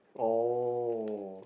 oh